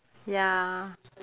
ya